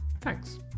Thanks